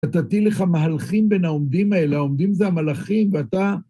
נתתי לך מהלכים בין העומדים האלה, העומדים זה המלכים, ואתה...